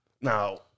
now